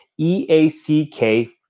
EACK